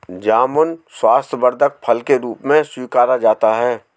जामुन स्वास्थ्यवर्धक फल के रूप में स्वीकारा जाता है